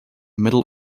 middle